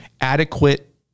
adequate